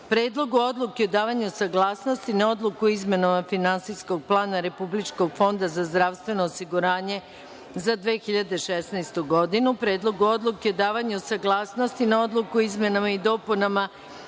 Predlogu odluke o davanju saglasnosti na Odluku o izmenama Finansijskog plana Republičkog fonda za zdravstveno osiguranje za 2016. godinu, Predlogu odluke o davanju saglasnosti na Odluku o izmenama i dopunama